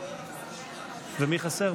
ומי חסר?